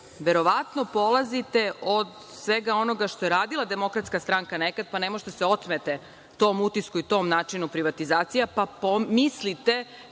verovatno polazite od svega onoga što je radila DS nekada, pa ne možete da se otmete tom utisku i tom načinu privatizacije, pa mislite